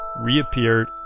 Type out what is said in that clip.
reappeared